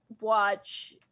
watch